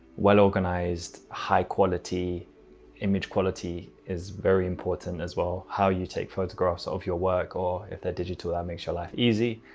well-organised, high quality image quality is very important as well. how you take photographs of your work or if they're digital that makes your life easy.